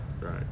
Right